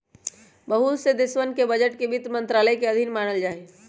बहुत से देशवन के बजट के वित्त मन्त्रालय के अधीन मानल जाहई